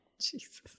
Jesus